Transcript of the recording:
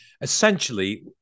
essentially